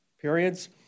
periods